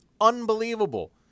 unbelievable